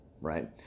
right